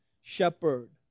shepherd